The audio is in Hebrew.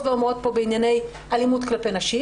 ואומרות פה בענייני אלימות כלפי נשים.